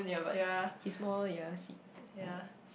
ya ya